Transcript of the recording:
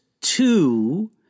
two